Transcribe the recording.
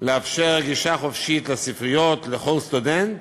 לאפשר גישה חופשית לספריות לכל סטודנט